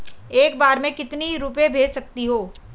एक बार में मैं कितने रुपये भेज सकती हूँ?